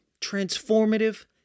transformative